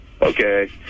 Okay